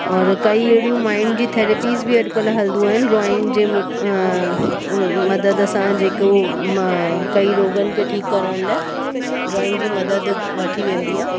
और कईं अहिड़ियूं माइंड जी थैरेपिस बि अॼु कल्ह हलंदियूं आहिनि ड्रॉइंग जे मदद सां जेको मां कईं रोॻनि खे ठीकु करण लाइ ड्रॉइंग जी मदद वठी वेंदी आहे